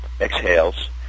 exhales